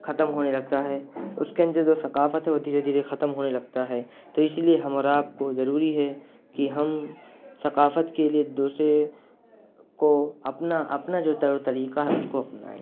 ختم ہونے لگتا ہے اس کے اندر جو ثقافت ہے دھیرے دھیرے ختم ہونے لگتا ہے تو اسی لیے ہم اور آپ کو ضروری ہے کہ ہم ثقافت کے لیے دوسرے کو اپنا اپنا جو طور طریقہ ہے اس کو اپنائیں